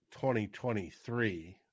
2023